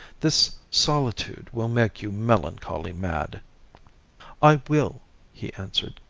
this solitude will make you melancholy mad i will he answered,